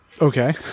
okay